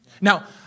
Now